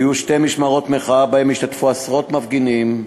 היו שתי משמרות מחאה שהשתתפו בהן עשרות מפגינים.